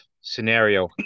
scenario